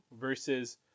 versus